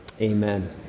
Amen